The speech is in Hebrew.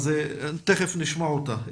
תיכף נשמע אותה.